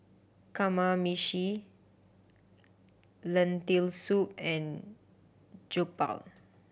Kamameshi Lentil Soup and Jokbal